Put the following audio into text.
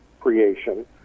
creation